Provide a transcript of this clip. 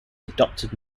adoptive